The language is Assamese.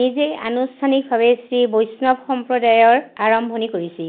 নিজেই আনুষ্ঠানিকভাৱে শ্ৰীবৈষ্ণৱ সম্প্ৰদায়ৰ আৰম্ভণি কৰিছিল